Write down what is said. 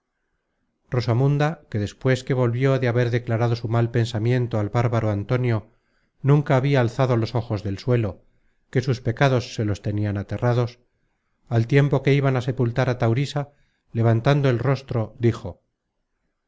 desafío rosamunda que despues que volvió de haber declarado su mal pensamiento al bárbaro antonio nunca habia alzado los ojos del suelo que sus pecados se los tenian aterrados al tiempo que iban á sepultar á taurisa levantando el rostro dijo